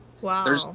Wow